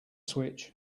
switch